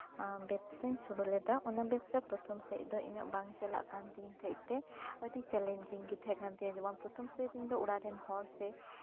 ᱵᱮᱵᱥᱟᱧ ᱥᱩᱨᱩ ᱞᱮᱫᱟ ᱚᱱᱟ ᱵᱮᱵᱥᱟ ᱯᱨᱚᱛᱷᱚᱢ ᱥᱮᱡ ᱫᱚ ᱵᱟᱝ ᱪᱟᱞᱟᱜ ᱠᱟᱱ ᱛᱤᱧ ᱛᱟᱦᱮᱸᱜ ᱛᱮ ᱟ ᱰᱤ ᱪᱮᱞᱮᱧᱡᱤᱝ ᱜᱮ ᱛᱟᱦᱮᱸᱠᱟᱱᱟ ᱡᱮᱢᱚᱱ ᱯᱨᱚᱛᱷᱚᱢ ᱥᱮᱡ ᱤᱧ ᱫᱚ ᱚᱲᱟᱜ ᱨᱮᱱ ᱦᱚᱲ ᱥᱮ